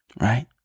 right